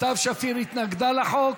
סתיו שפיר התנגדה לחוק,